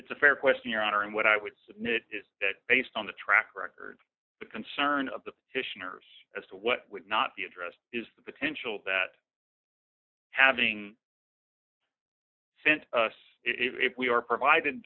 it's a fair question your honor and what i would submit is that based on the track record the concern of the petitioner as to what would not be addressed is the potential that having sent us if we are provided